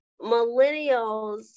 millennials